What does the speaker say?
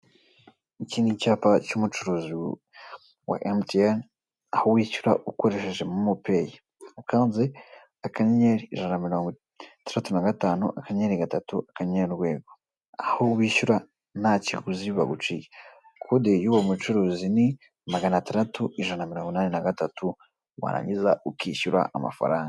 Iki ni icyapa cy'umucuruzi wa emutiyeni aho wishyura ukoresheje momo peyi, ukanze akanyenyeri ijana na mirongo itandatu na gatanu, akanyenyeri gatatu akanyenyeri urwego, aho wishyura ntakiguzi baguciye, kode y'uwo mucuruzi ni magana atandatu ijana na mirongo inane na gatatu warangiza ukishyura amafaranga.